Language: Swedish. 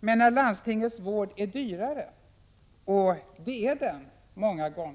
Men när landstingets vård är dyrare — och det är den ofta,